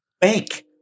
bank